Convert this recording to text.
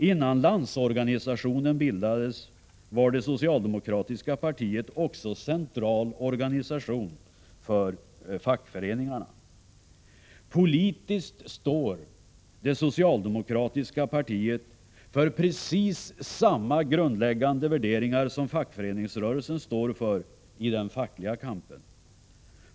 Innan Landsorganisationen bildades var det socialdemokratiska partiet också centralorganisation för fackföreningarna. Politiskt står det socialdemokratiska partiet för precis samma grundläggande värderingar som fackföreningsrörelsen står för i den fackliga kampen.